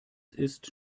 ist